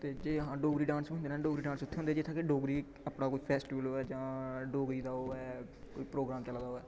ते जे हां डोगरी डांस होंदे न डोगरी डांस उत्थै होंदे जित्थै कि डोगरी अपना कोई फेस्टिवल होवै जां डोगरी दा होवै कोई प्रोग्राम चला दा होवै